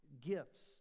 Gifts